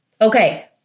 Okay